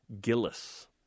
Gillis